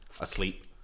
asleep